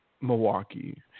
Milwaukee